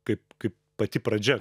kaip kaip pati pradžia